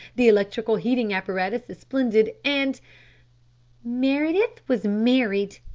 the electrical heating apparatus is splendid and meredith was married.